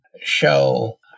show